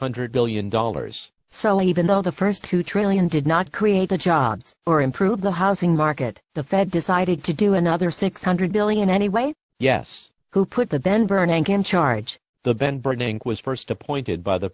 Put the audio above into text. hundred billion dollars so even though the first two trillion did not create the jobs or improve the housing market the fed decided to do another six hundred billion anyway yes who put the ben bernanke in charge the ben bernanke was first appointed by the